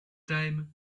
time